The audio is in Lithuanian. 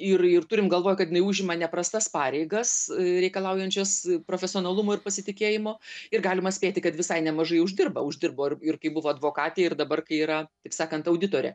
ir ir turim galvoj kad jinai užima neprastas pareigas reikalaujančias profesionalumo ir pasitikėjimo ir galima spėti kad visai nemažai uždirba uždirbo ir ir kai buvo advokatė ir dabar kai yra taip sakant auditorė